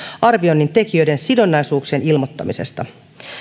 arvioinnin tekijöiden sidonnaisuuksien ilmoittamisesta